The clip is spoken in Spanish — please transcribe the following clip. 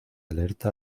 alerta